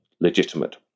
legitimate